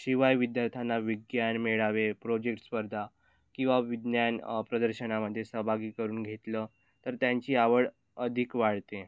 शिवाय विद्यार्थ्यांना विज्ञान मेळावे प्रोजेक्ट स्पर्धा किंवा विज्ञान प्रदर्शनामध्ये सहभागी करून घेतलं तर त्यांची आवड अधिक वाढते